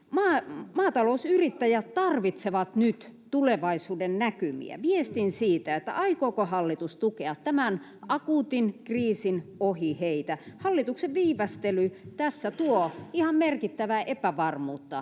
Maatalousyrittäjät tarvitsevat nyt tulevaisuudennäkymiä, viestin siitä, aikooko hallitus tukea heitä tämän akuutin kriisin ohi. Hallituksen viivästely tässä tuo ihan merkittävää epävarmuutta